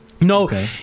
No